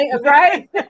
Right